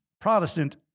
Protestant